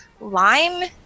lime